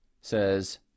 says